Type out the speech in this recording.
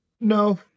No